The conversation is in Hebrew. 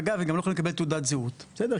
אגב, גם לא יכולים לקבל תעודת זהות, בסדר?